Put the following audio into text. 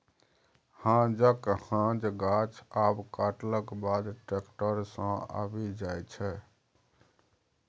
हांजक हांज गाछ आब कटलाक बाद टैक्टर सँ आबि जाइ छै